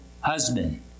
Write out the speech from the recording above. husband